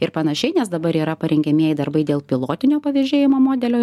ir panašiai nes dabar yra parengiamieji darbai dėl pilotinio pavėžėjimo modelio